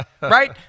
right